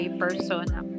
persona